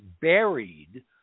buried